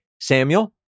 Samuel